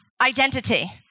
identity